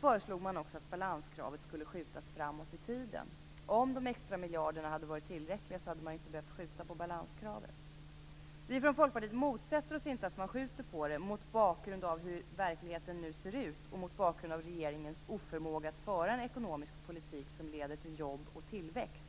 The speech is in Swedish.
föreslog man att balanskravet skulle skjutas framåt i tiden. Om de extra miljarderna hade varit tillräckliga hade man inte behövt skjuta på balanskravet. Vi i Folkpartiet motsätter oss inte det, mot bakgrund av hur verkligheten ser ut och mot bakgrund av regeringens oförmåga att föra en ekonomisk politik som leder till jobb och tillväxt.